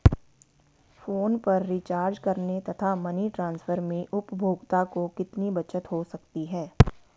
Phone पर recharge करने तथा मनी ट्रांसफर में उपभोक्ता को कितनी बचत हो सकती है?